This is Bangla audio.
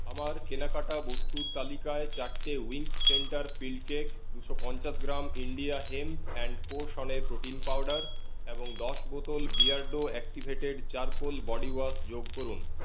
আমার কেনাকাটা বস্তুর তালিকায় চারটে উইঙ্কিস সেন্টার ফিল্ড কেক দুশো পঞ্চাশ gram India hemp and co শণের প্রোটিন পাউডার এবং দশ বোতল বিয়ার্ডো অ্যাক্টিভেটেড চারকোল বডিওয়াশ যোগ করুন